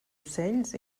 ocells